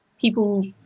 people